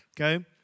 okay